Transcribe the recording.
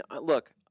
look